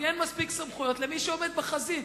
כי אין מספיק סמכויות למי שעומד בחזית,